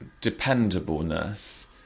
dependableness